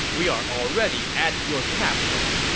we are already at your capital.